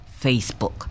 Facebook